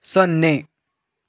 ಸೊನ್ನೆ